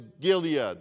Gilead